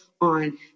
on